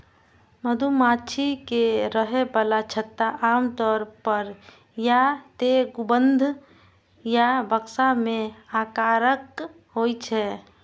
मधुमाछी के रहै बला छत्ता आमतौर पर या तें गुंबद या बक्सा के आकारक होइ छै